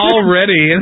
Already